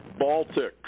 Baltics